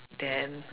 then